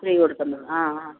free കൊടുക്കുന്നു ആആ